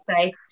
say